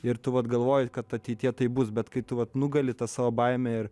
ir tu vat galvoji kad ateityje tai bus bet kai tu vat nugali tą savo baimę ir